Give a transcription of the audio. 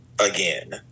again